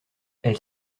elle